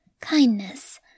kindness